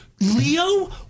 Leo